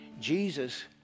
Jesus